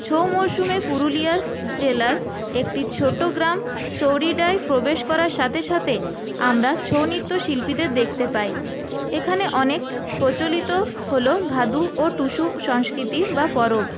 ছৌ মরশুমে পুরুলিয়া জেলার একটি ছোটো গ্রাম প্রবেশ করার সাথে সাথে আমরা ছৌ নৃত্য শিল্পীদের দেখতে পাই এখানে অনেক প্রচলিত হলো ভাদু ও টুসু সংস্কৃতি বা পরব